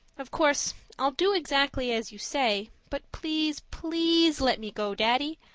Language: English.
of course i'll do exactly as you say, but please, please let me go, daddy.